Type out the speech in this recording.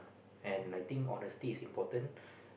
and I think honestly is important